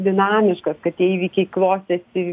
dinamiškas kad tie įvykiai klostėsi